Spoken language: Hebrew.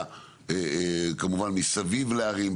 מסביב לערים,